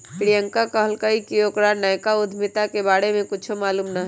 प्रियंका कहलकई कि ओकरा नयका उधमिता के बारे में कुछो मालूम न हई